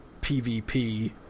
PvP